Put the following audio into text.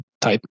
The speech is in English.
type